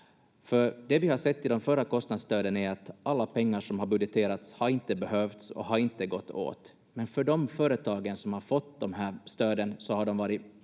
för det vi har sett i de förra kostnadsstöden är att alla pengar som har budgeterats inte har behövts och inte har gått åt, men för de företag som har fått de här stöden har de varit